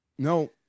No